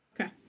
Okay